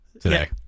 today